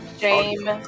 Shame